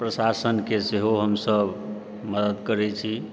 प्रशासनके सेहो हमसब मदद करैत छी